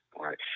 Right